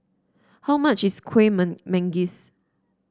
how much is Kueh Men Manggis